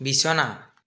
বিছনা